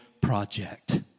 project